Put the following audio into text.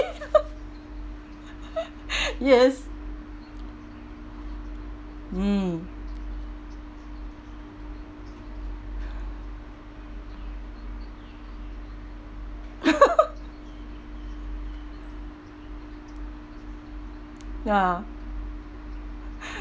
yes mm ya